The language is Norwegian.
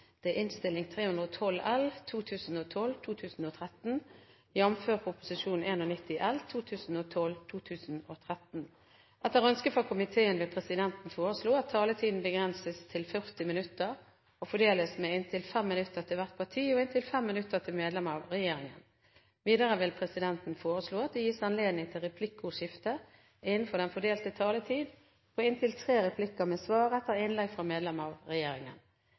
det skulle vere, rundt omkring i Noreg. Debatten i sak nr. 4 er avsluttet. Etter ønske fra helse- og omsorgskomiteen vil presidenten foreslå at taletiden begrenses til 40 minutter og fordeles med inntil 5 minutter til hvert parti og inntil 5 minutter til medlem av regjeringen. Videre vil presidenten foreslå at det gis anledning til replikkordskifte på inntil tre replikker med svar etter innlegg fra medlem av regjeringen